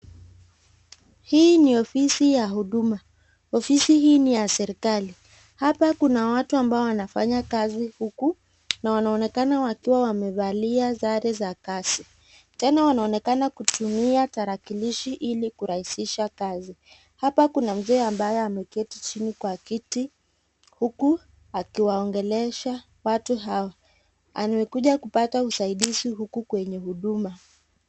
Hii ni ofisi ya huduma ofisi hii ni ya serekali. Hapa kuna watu ambao wanafanya kazi huku na wanaonekana wakiwa wamevalia sare za kazi. Tena wanaonekana kutumia tarakilishi ili kurahisha kazi. Hapa kuna mzee ambaye ameketi chini kwa kiti huku akiwaongelesha watu hao. Amekuja kupata usaidizi huku kwenye huduma.